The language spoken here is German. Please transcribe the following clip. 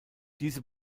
diese